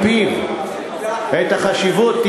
ישבתי אתו רק לפני שבוע ולמדתי מפיו את החשיבות.